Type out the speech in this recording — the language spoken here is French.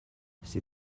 ces